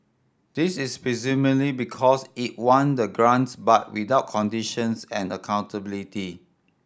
this is presumably because it want the grants but without conditions and accountability